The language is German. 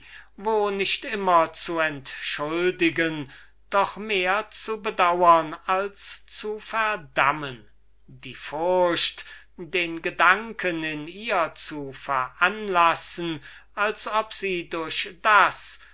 wo nicht immer zu entschuldigen doch mehr zu bedauren als zu verdammen die furcht den gedanken in ihr zu veranlassen als ob sie durch das